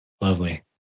Lovely